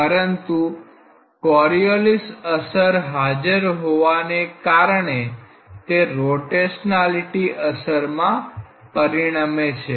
પરંતુ કોરીઓલિસ અસર હાજર હોવાના કારણે તે રોટેશનાલિટી અસરમાં પરિણમે છે